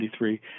1993